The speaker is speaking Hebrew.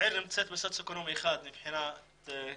אם מסתכלים על המצב שלה,